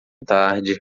tarde